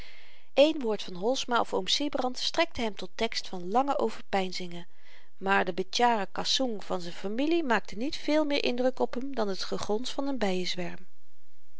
eén woord van holsma of oom sybrand strekte hem tot tekst van lange overpeinzingen maar de bitjara kossoeng van z'n familie maakte niet veel meer indruk op hem dan t gegons van n byenzwerm